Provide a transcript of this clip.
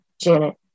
Janet